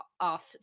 off